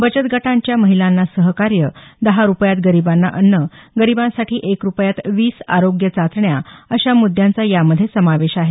बचतगटांच्या महिलांना सहकार्य दहा रुपयांत गरिबांना अन्न गरिबांसाठी एक रुपयात वीस आरोग्य चाचण्या अशा मुद्द्यांचा यामध्ये समावेश आहे